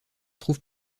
trouve